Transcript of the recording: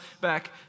back